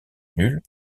nul